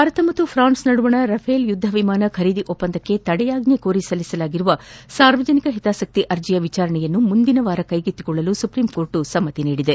Bharat France ನಡುವಣ Rafale ಯುದ್ದ ವಿಮಾನ ಖರೀದಿ ಒಪ್ಪಂದಕ್ಕೆ ತಡೆಯಾಜ್ಜೆ ಕೋರಿ ಸಲ್ಲಿಸಲಾಗಿರುವ ಸಾರ್ವಜನಿಕ ಹಿತಾಸಕ್ತಿ ಅರ್ಜಿ ವಿಚಾರಣೆಯನ್ನು ಮುಂದಿನ ವಾರ ಕೈಗೆತ್ತಿಕೊಳ್ಳಲು ಸುಪ್ರೀಂ ಕೋರ್ಟ್ ಸಮ್ನಿಸಿದೆ